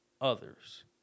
others